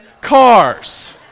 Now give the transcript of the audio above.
Cars